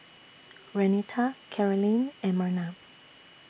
Renita Karolyn and Merna